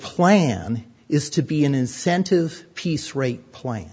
plan is to be an incentive piece rate pla